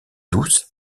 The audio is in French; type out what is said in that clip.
douce